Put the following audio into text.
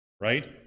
right